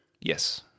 Yes